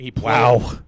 Wow